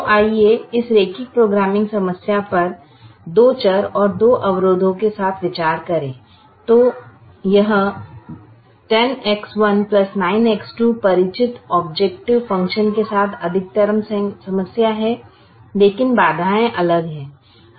तो आइए इस रैखिक प्रोग्रामिंग समस्या पर 2 चर और 2 अवरोधों के साथ विचार करें यह 10X19X2 परिचित औब्जैकटिव फ़ंक्शन के साथ अधिकतमकरण समस्या है लेकिन बाधाएं अलग हैं